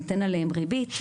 נותן עליהם ריבית,